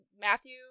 matthew